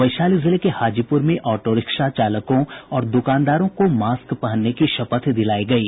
वैशाली जिले के हाजीपूर में ऑटोरिक्शा चालकों और दुकानदारों को मास्क पहनने की शपथ दिलायी गयी